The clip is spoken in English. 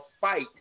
fight